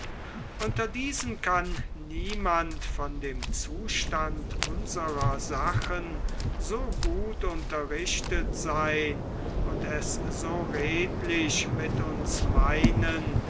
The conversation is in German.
unter diesen kann niemand von dem zustand unserer sachen so gut unterrichtet sein und es so redlich mit uns meinen